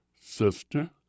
sister